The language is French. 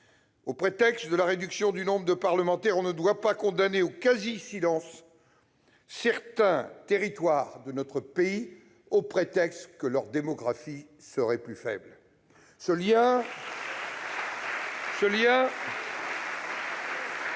Sous prétexte de réduire le nombre de parlementaires, on ne doit pas condamner au quasi-silence certains territoires de notre pays dont la démographie serait plus faible. Ce lien avec les